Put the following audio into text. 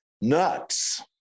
nuts